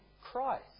Christ